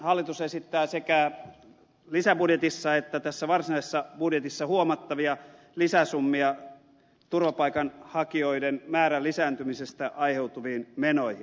hallitus esittää sekä lisäbudjetissa että tässä varsinaisessa budjetissa huomattavia lisäsummia turvapaikanhakijoiden määrän lisääntymisestä aiheutuviin menoihin